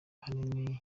ahanini